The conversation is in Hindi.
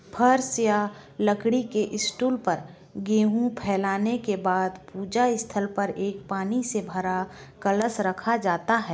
फर्श या लकड़ी के स्टूल पर गेहूँ फैलाने के बाद पूजा स्थल पर एक पानी से भरा कलश रखा जाता है